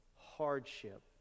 hardship